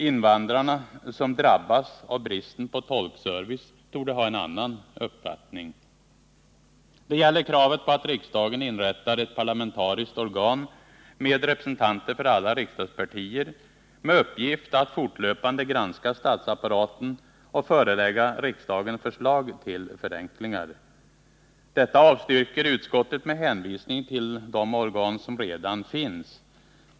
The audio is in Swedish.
Invandrarna, som drabbas av bristen på tolkservice, torde ha en annan uppfattning. Det gäller kravet på att riksdagen inrättar ett parlamentariskt organ med representanter för alla riksdagspartier och med uppgift att fortlöpande granska statsapparaten och förelägga riksdagen förslag till förenklingar. Detta avstyrker utskottet med hänvisning till de organ som redan finns.